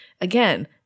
again